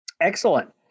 excellent